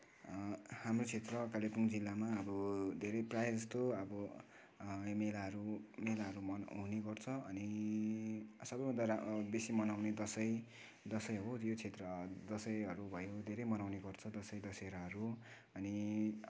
हाम्रो क्षेत्र कालेबुङ जिल्लामा अब धेरै प्रायः जस्तो अब मेलाहरू मेलाहरू हुनेगर्छ अनि सबैभन्दा बेसी मनाउने दसैँ दसैँ हो यो क्षेत्र दसैँहरू भयो धेरै मनाउने गर्छ दसैँ दसहराहरू अनि